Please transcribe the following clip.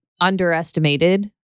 Underestimated